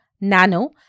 Nano